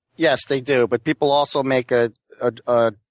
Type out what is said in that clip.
yes, they do. but people also make a ah ah